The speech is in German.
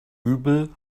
übel